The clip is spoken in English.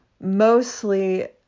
Mostly